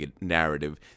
narrative